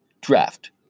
draft